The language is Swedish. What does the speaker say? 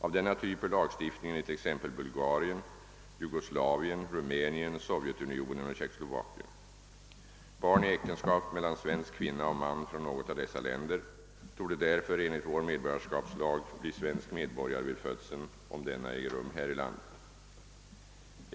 Av denna typ är lagstiftningen i t.ex. Bulgarien, Jugoslavien, Rumänien, Sovjetunionen och Tjeckoslovakien. Barn i äktenskap mellan svensk kvinna och man från något av dessa länder torde därför enligt vår medborgarskapslag bli svensk medborgare vid födelsen, om denna äger rum här i landet.